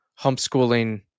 homeschooling